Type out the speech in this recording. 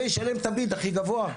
וישלם את הביד הכי גבוה.